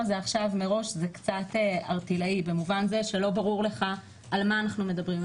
זה קצת ערטילאי במובן זה שלא ברור לך על מה אנחנו מדברים.